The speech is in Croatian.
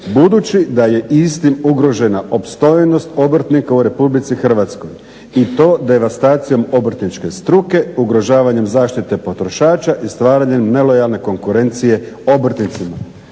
budući da je istim ugrožena opstojnost obrtnika u RH i to devastacijom obrtničke struke, ugrožavanjem zaštite potrošača i stvaranjem nelojalne konkurencije obrtnicima.